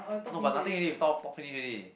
no but nothing already we talk finish already